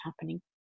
happening